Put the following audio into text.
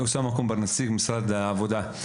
אוסאמה קנבר, משרד העבודה.